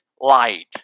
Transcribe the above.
light